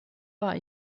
war